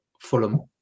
Fulham